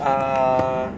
uh